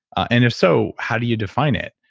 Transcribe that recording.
and, if so, how do you define it?